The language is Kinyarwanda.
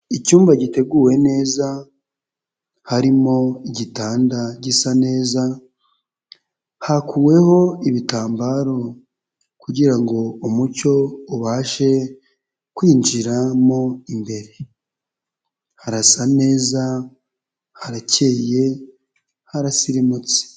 Icyumba giteguwe neza harimo igitanda gisa neza, hakuweho ibitambaro kugira ngo umucyo ubashe kwinjiramo, imbere harasa neza harakeye harasirimutse.